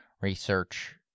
research